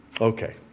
Okay